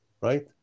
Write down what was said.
right